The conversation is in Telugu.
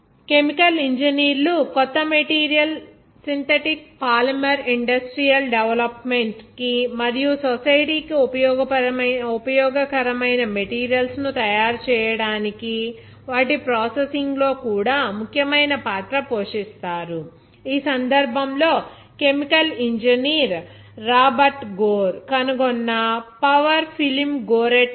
కెమికల్ ఇంజనీర్లు కొత్త మెటీరియల్ సింథటిక్ పాలిమర్ ఇండస్ట్రియల్ డెవలప్మెంట్కి మరియు సొసైటీ కి ఉపయోగకరమైన మెటీరియల్స్ ను తయారు చేయడానికి వాటి ప్రాసెసింగ్ లో కూడా ముఖ్యమైన పాత్ర పోషిస్తారు ఈ సందర్భంలో కెమికల్ ఇంజనీర్ రాబర్ట్ గోర్ కనుగొన్న పవర్ ఫిల్మ్ గోరే టెక్స్